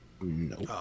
No